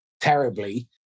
terribly